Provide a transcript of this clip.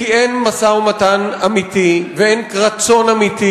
כי אין משא-ומתן אמיתי ואין רצון אמיתי